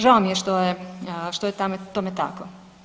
Žao mi je što je tome tako.